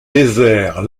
désert